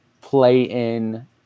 play-in